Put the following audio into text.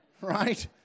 Right